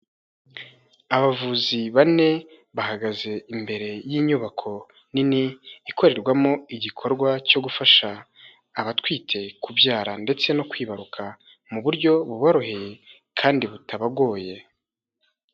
Abavuzi bane bahagaze imbere y'inyubako nini ikorerwamo igikorwa cyo gufasha abatwite kubyara ndetse no kwibaruka mu buryo buboroheye kandi butabagoye.